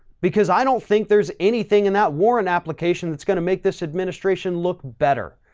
because i don't think there's anything in that warrant application that's going to make this administration look better.